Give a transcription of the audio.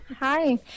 hi